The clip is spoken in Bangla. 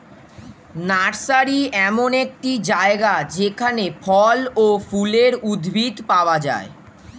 নার্সারি এমন একটি জায়গা যেখানে ফল ও ফুলের উদ্ভিদ পাওয়া যায়